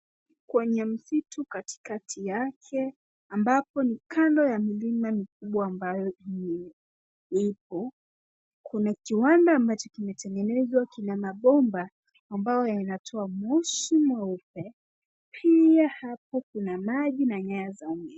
Kwenye msitu katikati yake, ambapo ni kando ya milima mikubwa ambayo ipo, kuna kiwanda ambacho kimetengenezwa kina mabomba ambayo yanatoa moshi mweupe. Pia hapo kuna maji na nyaya za umeme.